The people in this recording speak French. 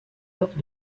lors